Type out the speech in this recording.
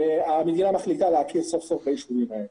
המדינה מחליטה להכיר סוף סוף ביישובים האלה.